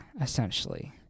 essentially